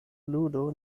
ludo